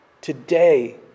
Today